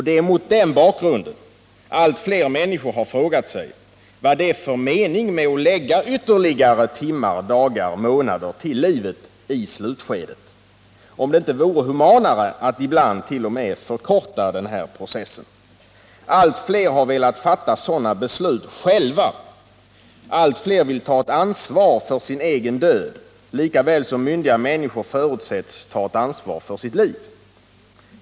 Det är mot den bakgrunden allt fler människor har frågat sig vad det är för mening med att lägga ytterligare timmar, dagar, månader till livet i slutskedet, om det inte vore humanare att ibland t.o.m. förkorta dödsprocessen. Allt fler har velat fatta sådana beslut själva. Allt fler vill ta ett ansvar för sin egen död, lika väl som de som myndiga människor förutsätts ta ett ansvar för sina liv.